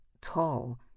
tall